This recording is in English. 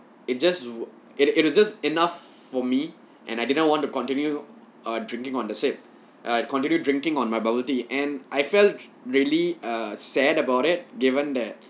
it just it it was just enough for me and I didn't want to continue err drinking on the same err continued drinking on my bubble tea and I felt really err sad about it given that